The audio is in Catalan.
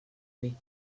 huit